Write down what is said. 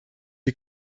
die